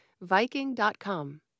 Viking.com